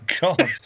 god